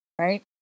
Right